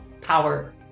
power